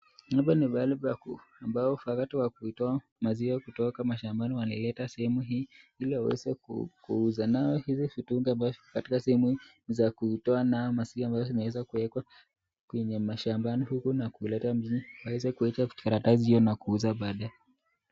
Hapa ni mahali ambao wakati wa kuitoa maziwa kutoka mashambani wanalata sehemu hii, ili waweze kuuza nawe hizi vitu ambaye katika sehemu za kuitoa na maziwa kuwekwa mashambani, huku waweze kuweka karatasi na kuuza baadaye.